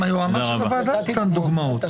גם היועמ"ש של הוועדה נתן דוגמאות.